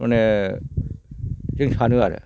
माने जों सानो आरो